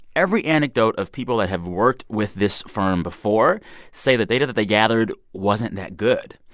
every anecdote of people that have worked with this firm before say the data that they gathered wasn't that good.